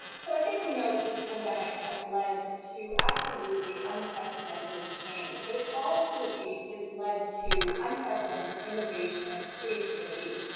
so i think we know that this pandemic has led to absolutely unprecedented change, but it's also the case that it's led to unprecedented innovation and creativity,